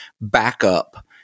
backup